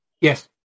Yes